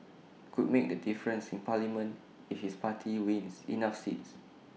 could make the difference in parliament if his party wins enough seats